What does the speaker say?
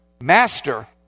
Master